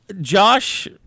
Josh